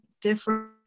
different